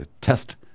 test